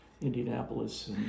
Indianapolis